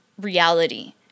reality